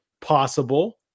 possible